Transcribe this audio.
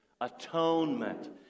Atonement